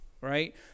right